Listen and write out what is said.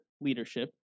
leadership